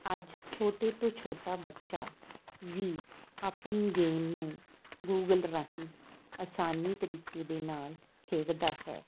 ਅੱਜ ਛੋਟੇ ਤੋਂ ਛੋਟਾ ਬੱਚਾ ਵੀ ਆਪਣੀ ਗੇਮ ਨੂੰ ਗੂਗਲ ਰਾਹੀਂ ਆਸਾਨੀ ਤਰੀਕੇ ਦੇ ਨਾਲ ਖੇਡਦਾ ਹੈ